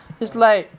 err